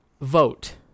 vote